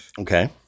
Okay